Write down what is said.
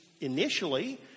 initially